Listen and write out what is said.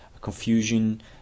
confusion